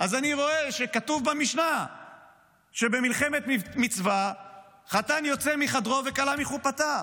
אני רואה שכתוב במשנה שבמלחמת מצווה חתן יוצא מחדרו וכלה מחופתה.